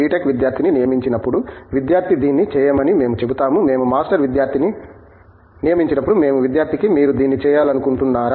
Tech విద్యార్థిని నియమించినప్పుడు విద్యార్థి దీన్ని చేయమని మేము చెబుతాము మేము మాస్టర్ విద్యార్థిని నియమించినప్పుడు మేము విద్యార్థికి మీరు దీన్ని చేయాలనుకుంటున్నారా